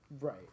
right